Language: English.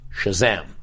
Shazam